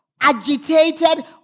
agitated